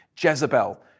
Jezebel